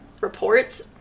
reports